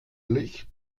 licht